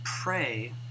pray